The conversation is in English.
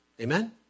Amen